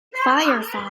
firefox